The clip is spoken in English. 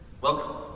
welcome